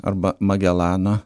arba magelano